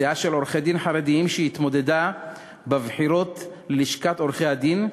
סיעה של עורכי-דין חרדים שהתמודדה בבחירות ללשכת עורכי-הדין,